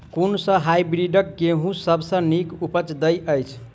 कुन सँ हायब्रिडस गेंहूँ सब सँ नीक उपज देय अछि?